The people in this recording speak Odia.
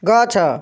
ଗଛ